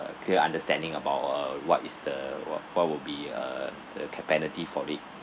a clear understanding about uh what is the what what would be uh the cap~ penalty for it